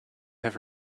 have